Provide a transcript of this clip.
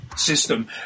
system